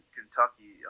Kentucky